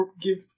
give